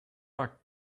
act